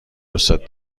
دوستت